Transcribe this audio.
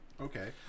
Okay